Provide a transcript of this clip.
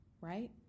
right